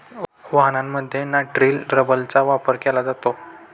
वाहनांमध्ये नायट्रिल रबरचा वापर केला जातो